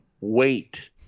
wait